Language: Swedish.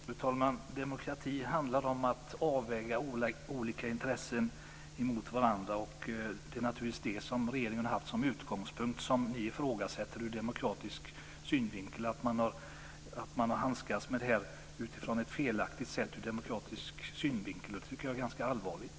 Fru talman! Demokrati handlar om att göra en avvägning mellan olika intressen. Det har varit regeringens utgångspunkt, som ni ifrågasätter ur demokratisk synvinkel. Ni menar att man har handskats felaktigt med ärendet ur demokratisk synvinkel. Det är ganska allvarligt.